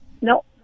No